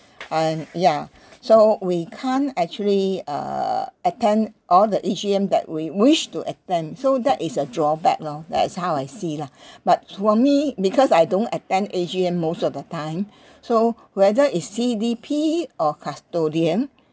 and ya so we can't actually uh attend all the A_G_M that we wish to attend so that is a drawback loh that's how I see lah but for me because I don't attend A_G_M most of the time so whether is C_D_P or custodian